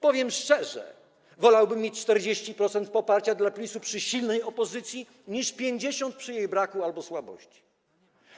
Powiem szczerze, wolałbym mieć 40% poparcia dla PiS przy silnej opozycji niż 50% przy jej braku albo słabości.